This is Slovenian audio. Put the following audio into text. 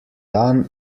dan